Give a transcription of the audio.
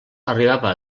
arribava